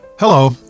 Hello